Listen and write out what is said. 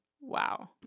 Wow